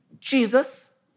Jesus